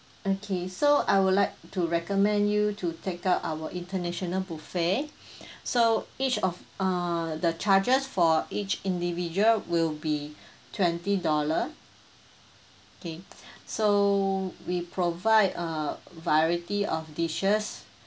okay so I would like to recommend you to take up our international buffet so each of err the charges for each individual will be twenty dollar okay so we provide a variety of dishes